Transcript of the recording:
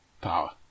power